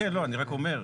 אני רק אומר.